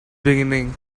beginning